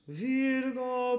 virgo